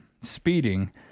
speeding